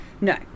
No